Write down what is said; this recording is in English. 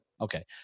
okay